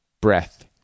breath